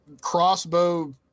crossbow